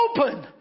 Open